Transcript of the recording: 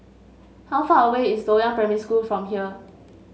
how far away is Loyang Primary School from here